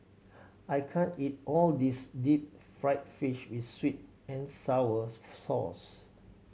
I can't eat all this deep fried fish with sweet and sour sauce